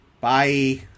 Bye